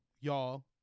y'all